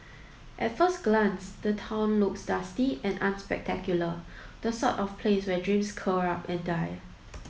at first glance the town looks dusty and unspectacular the sort of place where dreams curl up and die